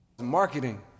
Marketing